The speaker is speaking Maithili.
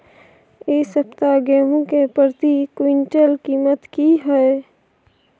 इ सप्ताह गेहूं के प्रति क्विंटल कीमत की हय?